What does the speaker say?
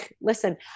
listen